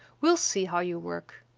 we'll see how you work!